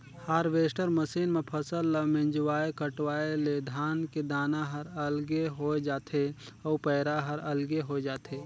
harvester machine म फसल ल मिंजवाय कटवाय ले धान के दाना हर अलगे होय जाथे अउ पैरा हर अलगे होय जाथे